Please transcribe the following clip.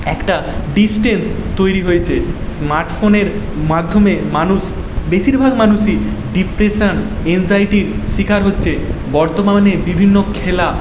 একটা ডিসট্যান্স তৈরি হয়েছে স্মার্ট ফোনের মাধ্যমে মানুষ বেশিরভাগ মানুষই ডিপ্রেশান এনজাইটির শিকার হচ্ছে বর্তমানে বিভিন্ন খেলা